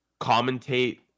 commentate